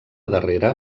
darrere